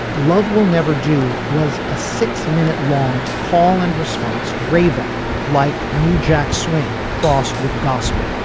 love will never do was a six minute long call and response rave up like new jack swing crossed with gospel.